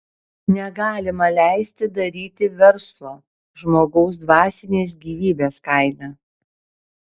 negalima leisti daryti verslo žmogaus dvasinės gyvybės kaina